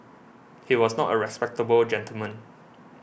he was not a respectable gentleman